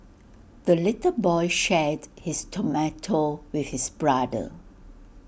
the little boy shared his tomato with his brother